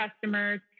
customers